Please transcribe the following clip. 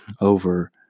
over